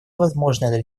возможное